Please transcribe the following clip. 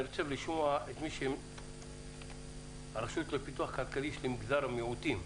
אני רוצה לשמוע את הרשות לפיתוח כלכלי של מגזר המיעוטים,